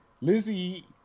Lizzie